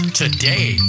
today